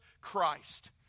Christ